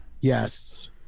Yes